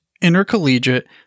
intercollegiate